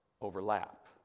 overlap